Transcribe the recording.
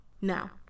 Now